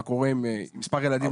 מה קורה עם מספר ילדים גדול?